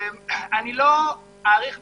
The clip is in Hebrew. לא אאריך בדברים,